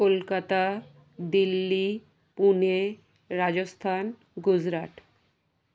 Kolkata Delhi Pune Rajasthan Gujarat